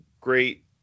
great